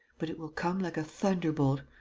but it will come like a thunderbolt.